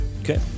Okay